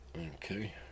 Okay